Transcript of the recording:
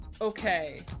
okay